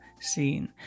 scene